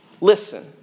listen